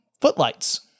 footlights